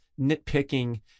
nitpicking